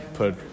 put